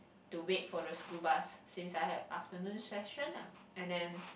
to wait for the school bus since I have afternoon session lah and then